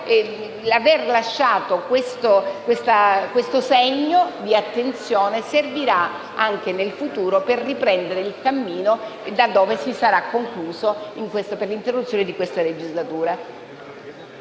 l'avere lasciato questo segno di attenzione servirà anche nel futuro per riprendere il cammino da dove sarà stato interrotto per la fine di questa legislatura.